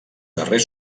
darrer